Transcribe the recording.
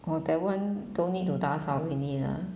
!wah! that one don't need to 打扫 already lah